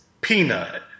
peanut